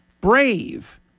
Brave